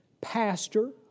pastor